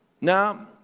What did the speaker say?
Now